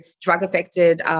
drug-affected